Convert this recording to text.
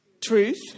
truth